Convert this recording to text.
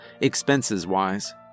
expenses-wise